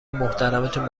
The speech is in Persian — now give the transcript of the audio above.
محترمتون